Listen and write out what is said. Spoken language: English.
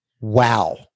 Wow